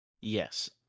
Yes